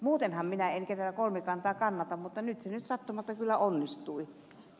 muutenhan minä en kolmikantaa kannata mutta nyt se sattumalta kyllä onnistui